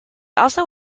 also